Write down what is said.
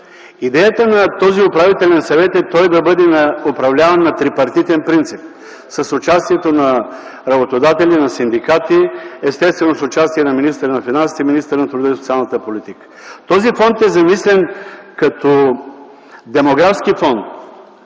Идеята на този управител съвет е да бъде управляван на трипартитен принцип - с участието на работодателите и синдикатите, естествено, с участието с министъра на финансите и министъра на труда и социалната политика. Този фонд е замислен като демографски фонд.